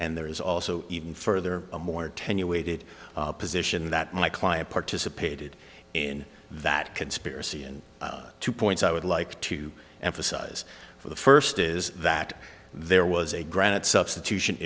and there is also even further a more attenuated position that my client participated in that conspiracy and two points i would like to emphasize for the first is that there was a granite substitution